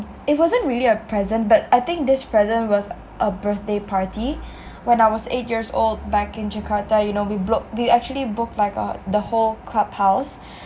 it wasn't really a present but I think this present was a birthday party when I was eight years old back in jakarta you know we booked we actually booked like uh the whole clubhouse